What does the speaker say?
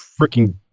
freaking